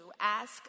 ask